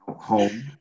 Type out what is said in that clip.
home